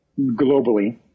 globally